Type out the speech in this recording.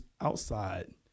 outside